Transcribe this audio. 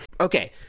Okay